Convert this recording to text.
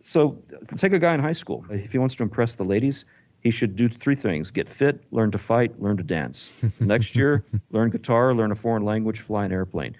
so take the ah guy in high school, if he wants to impress the ladies he should do three things get fit, learn to fight, learn to dance. next year learn guitar, learn a foreign language, fly an airplane.